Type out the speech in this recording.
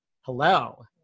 Hello